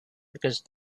because